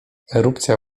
erupcja